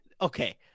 Okay